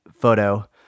photo